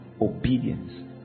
obedience